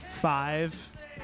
Five